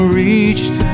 reached